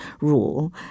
rule